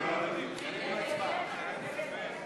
רשויות פיקוח,